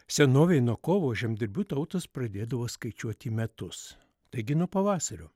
senovėj nuo kovo žemdirbių tautos pradėdavo skaičiuoti metus taigi nuo pavasario